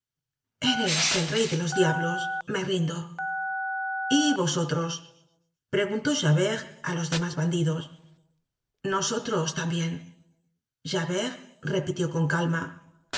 eres el rey de los diablos me rindo y vosotros preguntó javert á los demás bandidos nosotros tambien javert repitió con calma